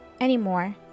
anymore